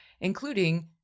including